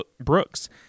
Brooks